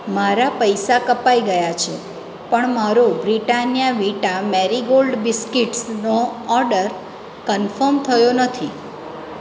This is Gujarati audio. મારા પૈસા કપાઈ ગયા છે પણ મારો બ્રિટાનિયા વિટા મેરી ગોલ્ડ બિસ્કીટ્સનો ઓર્ડર કનફોર્મ થયો નથી